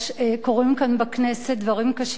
קורים כאן בכנסת דברים קשים מאוד.